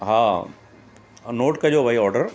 हा नोट कजो बई ऑडर